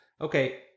okay